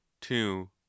two